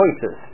choices